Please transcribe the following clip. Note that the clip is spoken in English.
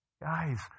Guys